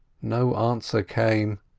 no answer came.